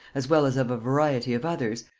as well as of a variety of others,